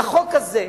בכלל,